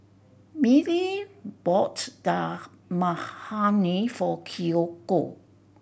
Mindy bought Dal Makhani for Kiyoko